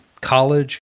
college